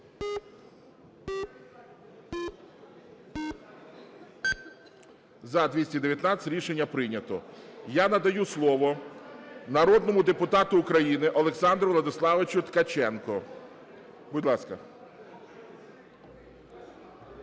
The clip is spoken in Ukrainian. За-219 Рішення прийнято. Я надаю слово народному депутату України Олександру Владиславовичу Ткаченку. Будь ласка.